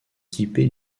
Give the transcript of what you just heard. équipé